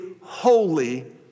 holy